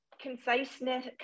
conciseness